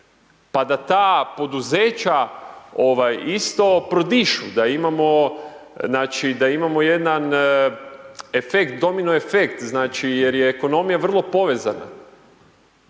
isto prodišu, da imamo znači, da imamo jedan efekt, domino efekt, znači, jer je ekonomija vrlo povezana.